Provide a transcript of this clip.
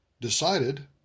decided